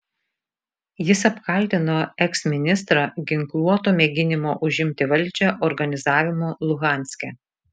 jis apkaltino eksministrą ginkluoto mėginimo užimti valdžią organizavimu luhanske